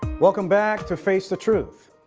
welcome back to face the truth.